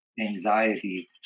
anxiety